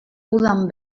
udan